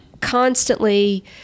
constantly